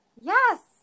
Yes